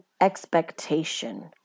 expectation